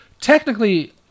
technically